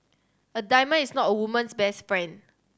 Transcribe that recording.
a diamond is not a woman's best friend